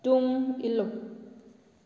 ꯇꯨꯡ ꯏꯜꯂꯨ